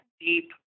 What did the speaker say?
deep